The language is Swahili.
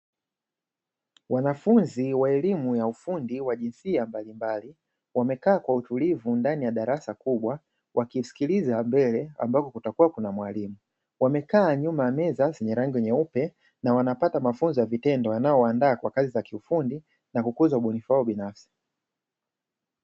Wanafunzi wa elimu ya ufundi wa jinsia mbalimbali, wamekaa kwa utulivu ndani ya darasa kubwa wakisikiliza mbele ambapo kutakuwa na mwalimu, wamekaa nyuma ya meza zenye rangi nyeupe na wanapata mafunzo ya vitendo, yanayowaandaa kwa kazi za kiufundi na kukuza ubunifu wao binafsi.